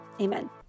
amen